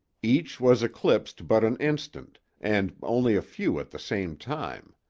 each was eclipsed but an instant, and only a few at the same time,